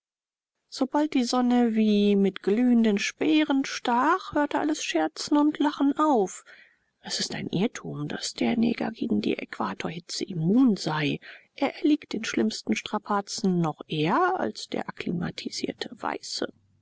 sobald die sonne wie mit glühenden speeren stach hörte alles scherzen und lachen auf es ist ein irrtum daß der neger gegen die äquatorhitze immun sei er erliegt den schlimmsten strapazen noch eher als der akklimatisierte weiße